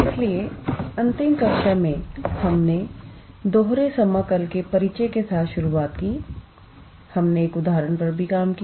इसलिए अंतिम कक्षा में हमने दोहरे समाकल के परिचय के साथ शुरुआत की हमने एक उदाहरण पर भी काम किया